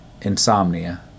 Insomnia